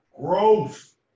Gross